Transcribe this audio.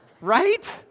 right